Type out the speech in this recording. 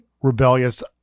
rebellious